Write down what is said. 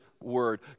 word